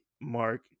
mark